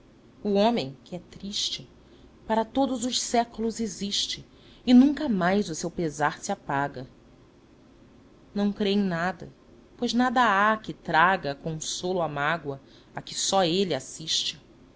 o homem que é triste para todos os séculos existe e nunca mais o seu pesar se apaga não crê em nada pois nada há que traga consolo à mágoa a que só ele assiste